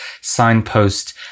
signpost